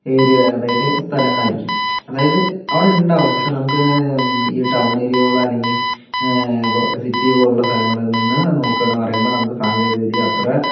area അതായത് സ്ഥലങ്ങൾ ആയിരിക്കും അതായത് അവിടെ ഉണ്ടാകും പക്ഷേ നമുക്ക് ഈ ടൗൺ ഏരിയകളോ അല്ലെങ്കിൽ സിറ്റി പോലുള്ള സ്ഥലങ്ങളിൽ നിന്ന് നോക്കുകയാണെന്ന് പറയുമ്പോൾ നമുക്ക് സാങ്കേതികവിദ്യ അത്ര